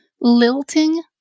lilting